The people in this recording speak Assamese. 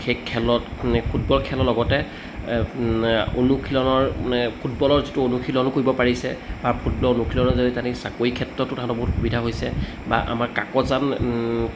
সেই খেলত ফুটবল খেলৰ লগতে অনুশীলনৰ মানে ফুটবলৰ যিটো অনুশীলন কৰিব পাৰিছে বা ফুটবল অনুশীলনৰ জড়িয়তে তেনেকৈ চাকৰিৰ ক্ষেত্ৰতো তাহাঁতৰ বহুত সুবিধা হৈছে বা আমাৰ কাকজান